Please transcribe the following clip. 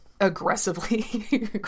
aggressively